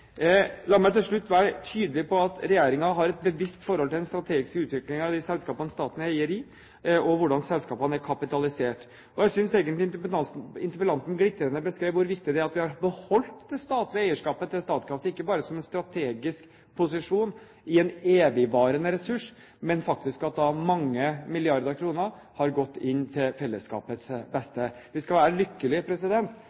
La meg til slutt være tydelig på at regjeringen har et bevisst forhold til den strategiske utviklingen i de selskapene staten er eier i, og til hvordan selskapene er kapitalisert. Jeg synes egentlig interpellanten glitrende beskrev hvor viktig det er at vi har beholdt det statlige eierskapet til Statkraft – ikke bare som en strategisk posisjon i en evigvarende ressurs, men faktisk at mange milliarder kroner har gått inn til fellesskapets